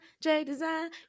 J-Design